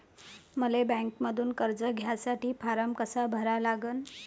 मले बँकेमंधून कर्ज घ्यासाठी फारम कसा भरा लागन?